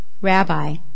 Rabbi